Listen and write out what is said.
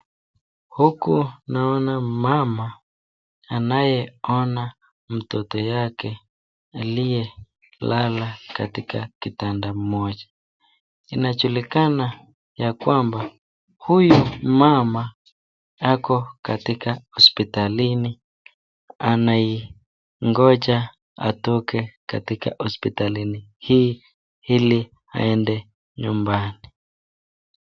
Huku naona mama anayeona mtoto yake aliye lala katika kitanda moja. Inajulikana ya kwamba huyu mama ako katika hospitalini anaingoja atoke katika hospitalini hii ili aende nyumbani.